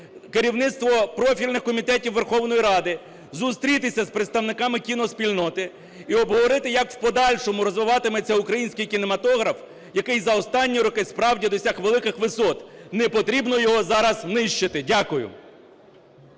керівництво профільних комітетів Верховної Ради зустрітися з представниками кіноспільноти і обговорити, як в подальшому розвиватиметься український кінематограф, який за останні роки, справді, досяг великих висот. Не потрібно його зараз нищити. Дякую.